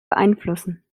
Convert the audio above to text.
beeinflussen